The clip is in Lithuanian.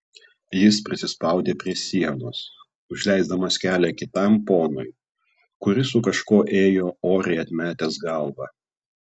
jis prisispaudė prie sienos užleisdamas kelią kitam ponui kuris su kažkuo ėjo oriai atmetęs galvą